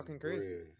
crazy